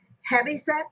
heavyset